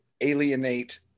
alienate